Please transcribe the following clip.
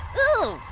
ooh!